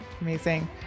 Amazing